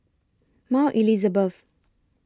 Mount Elizabeth